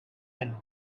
and